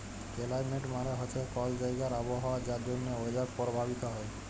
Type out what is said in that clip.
climate মালে হছে কল জাইগার আবহাওয়া যার জ্যনহে ওয়েদার পরভাবিত হ্যয়